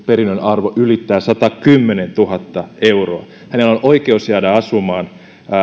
perinnön arvo ylittää satakymmentätuhatta euroa hänellä on oikeus jäädä asumaan